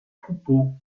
troupeau